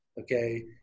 okay